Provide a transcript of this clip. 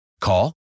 Call